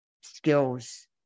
skills